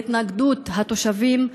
והתנגדות התושבים,